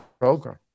program